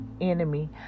enemy